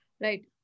Right